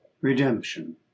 Redemption